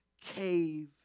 cave